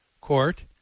court